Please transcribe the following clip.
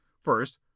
First